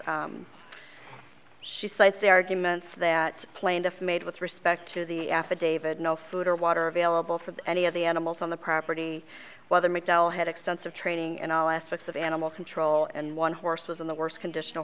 arguments that plaintiff made with respect to the affidavit no food or water available for any of the animals on the property whether mcdowell had extensive training and all aspects of animal control and one horse was in the worst condition